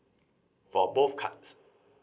for both cards